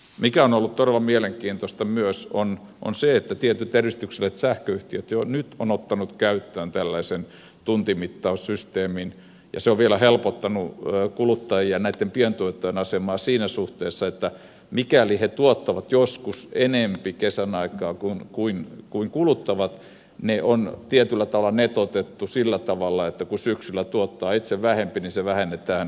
mikä on ollut todella mielenkiintoista myös on se että tietyt edistykselliset sähköyhtiöt jo nyt ovat ottaneet käyttöön tällaisen tuntimittaussysteemin ja se on vielä helpottanut näitten pientuottajien asemaa siinä suhteessa että mikäli he tuottavat joskus enempi kesän aikana kuin kuluttavat ne on tietyllä tavalla netotettu sillä tavalla että kun syksyllä tuottaa itse vähempi niin se vähennetään sähkölaskusta